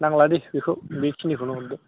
नांला दे बेखौ बेखिनि खौल' हरदो